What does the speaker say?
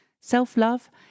Self-love